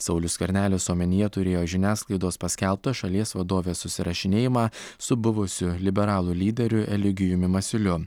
saulius skvernelis omenyje turėjo žiniasklaidos paskelbtą šalies vadovės susirašinėjimą su buvusiu liberalų lyderiu eligijumi masiuliu